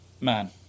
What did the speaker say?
man